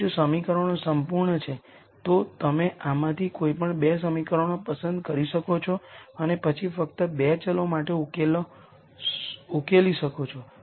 હવે જો સમીકરણો સંપૂર્ણ છે તો તમે આમાંથી કોઈપણ 2 સમીકરણો પસંદ કરી શકો છો અને પછી ફક્ત 2 વેરીએબલ્સ માટે ઉકેલી શકો છો